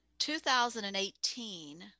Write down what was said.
2018